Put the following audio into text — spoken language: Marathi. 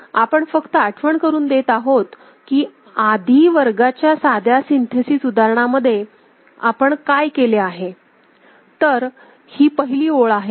तर आपण फक्त आठवण करून देत आहोत की आधीच्या वर्गाच्या साध्या सिन्थेसिस उदाहरणामध्ये आपण काय केले आहे तर ही पहिली ओळ आहे